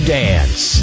dance